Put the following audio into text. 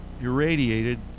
irradiated